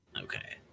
Okay